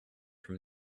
from